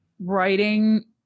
writing